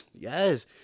Yes